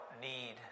need